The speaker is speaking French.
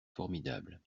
formidable